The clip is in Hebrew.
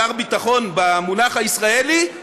שר ביטחון במונח הישראלי,